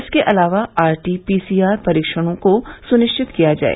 इसके अलावा RT PCR परीक्षणों को सुनिश्चित बनाए